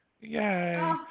Yay